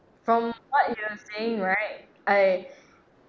from what you are saying right I